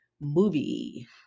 movie